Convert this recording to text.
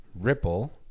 ripple